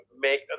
make